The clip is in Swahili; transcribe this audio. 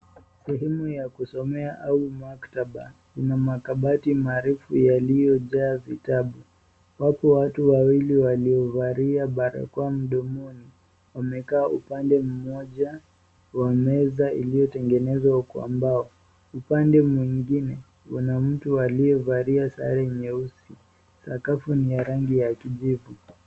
Sehemu ya kusomea au maktaba ina makabati maarufu iliyojaa vitabu. Wapo watu wawili waliovalia barakoa mdomoni wamekalia sehemu moja kwenye meza iliyotengenezwa kwa mbao. Upande mwingine kuna mtu aliyevalia sare nyeusi sakafu ni ya rangi ya kijivu.